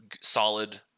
solid